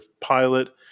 pilot